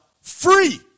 Free